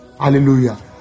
hallelujah